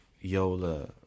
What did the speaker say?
Yola